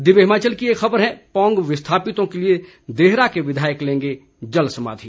दिव्य हिमाचल की एक खबर है पोंग विस्थापितों के लिए देहरा के विधायक लेंगे जलसमाधि